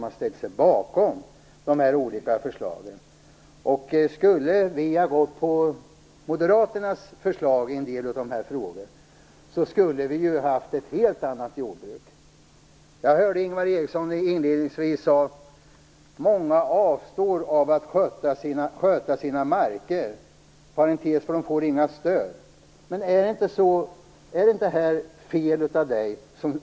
Hade vi gått på moderaternas förslag i en del av de här frågorna, hade vi haft ett helt annat jordbruk. Jag hörde att Ingvar Eriksson inledningsvis sade att många avstår från att sköta sina marker för att de inte får några stöd. Men är det inte fel att säga så?